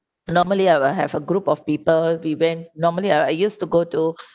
normally I will have a group of people we went normally I used to go to